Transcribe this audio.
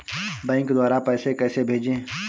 Bank द्वारा पैसे कैसे भेजें?